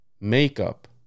makeup